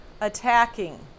attacking